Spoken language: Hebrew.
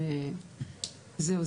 וזהו,